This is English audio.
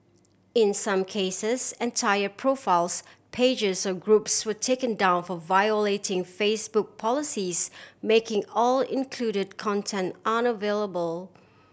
in some cases entire profiles pages or groups were taken down for violating Facebook policies making all included content unavailable